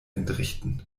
entrichten